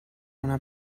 una